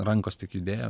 rankos tik judėjo